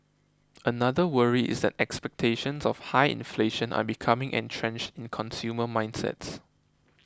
another worry is that expectations of high inflation are becoming entrenched in consumer mindsets